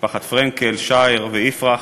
פרנקל, שער ויפרח.